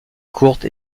courte